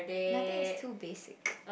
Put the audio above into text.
nothing is too basic